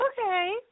okay